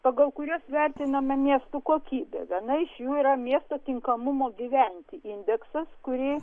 pagal kuriuos vertinama miestų kokybė viena iš jų yra miesto tinkamumo gyventi indeksas kurį